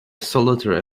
solitary